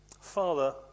Father